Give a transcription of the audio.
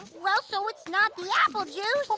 well so it's not the apple juice. what